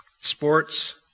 sports